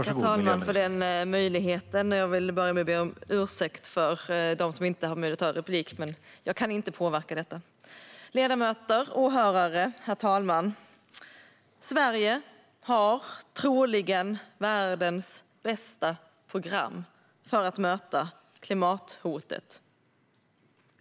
Herr talman! Tack för den möjligheten! Jag vill börja med att be om ursäkt till dem som inte har möjlighet att ta replik, men jag kan inte påverka detta. Herr talman, ledamöter och åhörare! Sverige har troligen världens bästa program för att möta klimathotet.